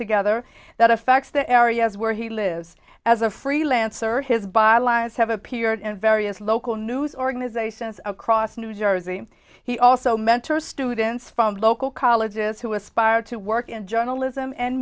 together that affects the areas where he lives as a freelancer his by lions have appeared in various local news organizations across new jersey he also mentor students from local colleges who aspire to work in journalism and